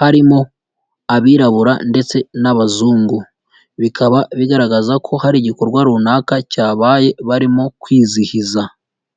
harimo abirabura ndetse n'abazungu, bikaba bigaragaza ko hari igikorwa runaka cyabaye barimo kwizihiza.